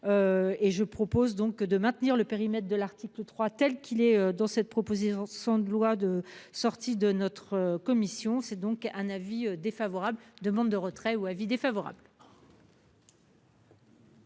je propose donc de maintenir le périmètre de l'article 3 tel qu'il est dans cette. Proposé en de loi de sortie de notre commission. C'est donc un avis défavorable demande de retrait ou avis défavorable.